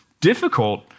difficult